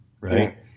Right